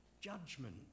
judgment